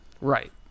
Right